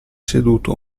seduto